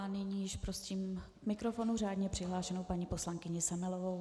Nyní prosím k mikrofonu řádně přihlášenou paní poslankyni Semelovou.